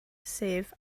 sef